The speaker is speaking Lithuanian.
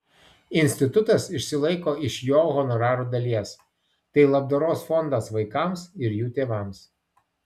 institutas išsilaiko iš jo honorarų dalies tai labdaros fondas vaikams ir jų tėvams